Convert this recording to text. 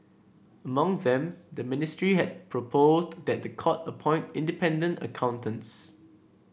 among them the ministry had proposed that the court appoint independent accountants